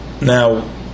Now